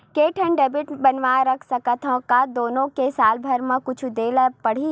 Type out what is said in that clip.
के ठन डेबिट मैं बनवा रख सकथव? का दुनो के साल भर मा कुछ दे ला पड़ही?